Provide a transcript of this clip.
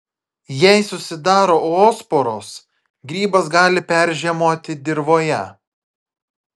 jei susidaro oosporos grybas gali peržiemoti dirvoje